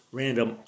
random